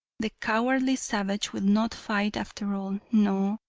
the cowardly savage will not fight after all. no,